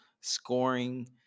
scoring